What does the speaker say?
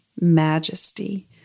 majesty